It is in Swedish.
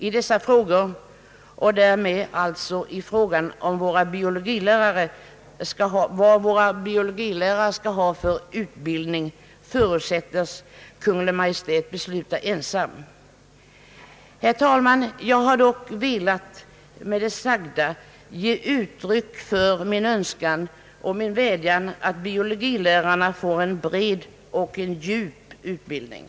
I dessa frågor — och därmed alltså i fråga om vad våra biologilärare skall ha för utbildning — förutsättes Kungl. Maj:t besluta ensam. Herr talman! Jag har med det sagda velat ge uttryck för min önskan och min vädjan att biologilärarna får en bred och djup utbildning.